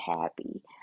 happy